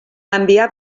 envià